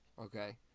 Okay